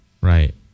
Right